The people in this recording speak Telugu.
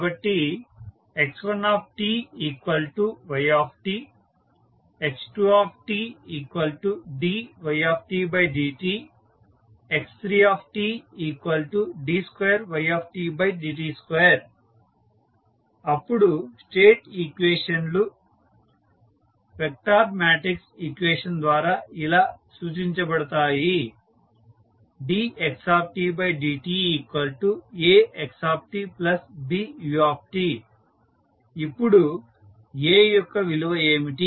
కాబట్టి x1ty x2tdydt x3td2ydt2 అప్పుడు స్టేట్ ఈక్వేషన్ లు వెక్టార్ మ్యాట్రిక్స్ ఈక్వేషన్ ద్వారా ఇలా సూచించబడతాయి dxdtAxtBu ఇప్పుడు A యొక్క విలువ ఏమిటి